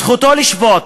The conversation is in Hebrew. זכותו לשבות,